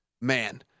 man